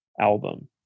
album